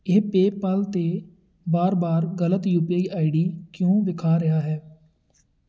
ਇਹ ਪੇਅਪਾਲ 'ਤੇ ਵਾਰ ਵਾਰ ਗ਼ਲਤ U P I I D ਕਿਉਂ ਵਿਖਾ ਰਿਹਾ ਹੈ